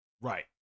Right